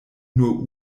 nur